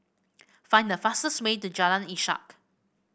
find the fastest way to Jalan Ishak